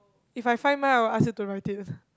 if I find mine oh ask you to write it